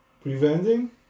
Preventing